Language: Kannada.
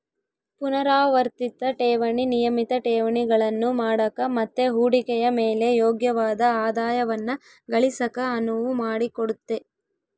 ಪುನರಾವರ್ತಿತ ಠೇವಣಿ ನಿಯಮಿತ ಠೇವಣಿಗಳನ್ನು ಮಾಡಕ ಮತ್ತೆ ಹೂಡಿಕೆಯ ಮೇಲೆ ಯೋಗ್ಯವಾದ ಆದಾಯವನ್ನ ಗಳಿಸಕ ಅನುವು ಮಾಡಿಕೊಡುತ್ತೆ